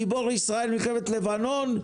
גיבור ישראל ממלחמת לבנון,